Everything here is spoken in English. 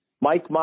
Mike